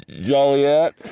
Joliet